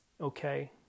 okay